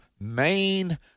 main